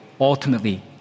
ultimately